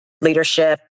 leadership